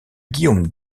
guillaume